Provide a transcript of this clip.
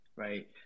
Right